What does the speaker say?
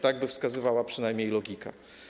Tak wskazywałaby przynajmniej logika.